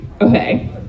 okay